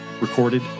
recorded